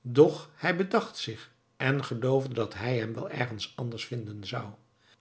doch hij bedacht zich en geloofde dat hij hem wel ergens anders vinden zou